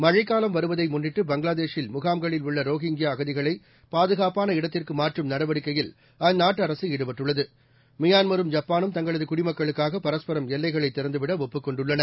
மழைக்காலம் வருவதை முன்னிட்டு பங்களாதேஷில் முகாம்களில் உள்ள ரோஹிங்கியா அகதிகளை பாதுகாப்பான இடத்திற்கு மாற்றும் நடவடிக்கையில் அந்நாட்டு அரசு ஈடுபட்டுள்ளது மியான்மரும் ஜப்பானும் தங்களது குடிமக்களுக்காக பரஸ்பரம் எல்லைகளை திறந்துவிட ஒப்புக் கொண்டுள்ளன